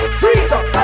freedom